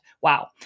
wow